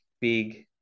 big